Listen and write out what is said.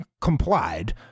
complied